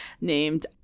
named